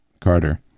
Carter